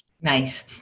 Nice